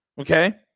okay